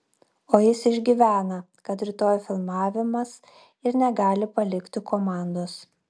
o jis išgyvena kad rytoj filmavimas ir negali palikti komandos